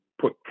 put